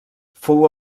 fou